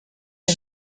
que